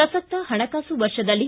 ಪ್ರಸಕ್ತ ಪಣಕಾಸು ವರ್ಷದಲ್ಲಿ